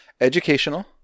Educational